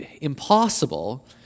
impossible